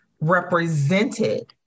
represented